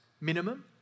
minimum